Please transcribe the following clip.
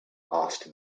asked